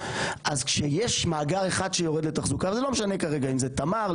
אז כשיש מאגר אחד שיורד לתחזוקה וזה לא משנה כרגע אם זה תמר,